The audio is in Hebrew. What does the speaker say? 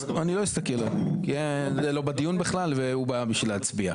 אני לא אסתכל על כי זה לא בדיון בכלל והוא בא בשביל להצביע,